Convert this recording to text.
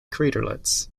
craterlets